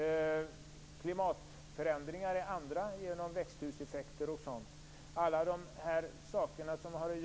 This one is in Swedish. Klimatförändringar genom växthuseffekter är ett annat.